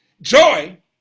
Joy